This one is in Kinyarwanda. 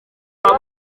waba